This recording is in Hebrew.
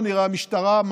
נגנבו 30 עגלים,